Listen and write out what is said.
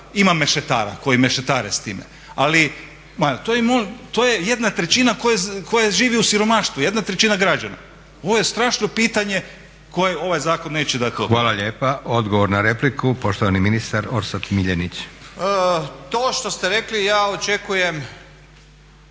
ima mešetara koji mešetare s time ali to je jedna trećina koja živi u siromaštvu, jedna trećina građana. Ovo je strašno pitanje na koje ovaj zakon neće dati odgovor. **Leko, Josip (SDP)** Hvala lijepa. Odgovor na repliku poštovani ministar Orsat Miljenić. **Miljenić, Orsat** To što ste rekli ja očekujem